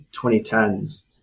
2010s